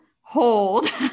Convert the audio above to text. hold